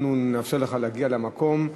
אנחנו נאפשר לך להגיע למקום.